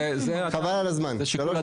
חבל על הזמן, שלוש דקות.